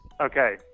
Okay